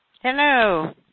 Hello